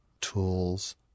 tools